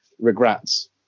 regrets